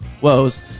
woes